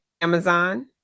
Amazon